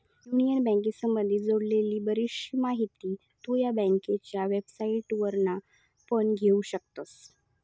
union बँकेसंबधी जोडलेली बरीचशी माहिती तु ह्या बँकेच्या वेबसाईटवरना पण घेउ शकतस